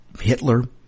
Hitler